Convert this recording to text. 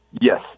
Yes